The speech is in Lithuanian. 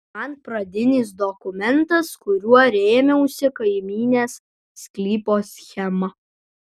man pradinis dokumentas kuriuo rėmiausi kaimynės sklypo schema